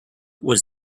was